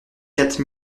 quatre